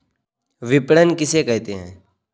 विपणन किसे कहते हैं?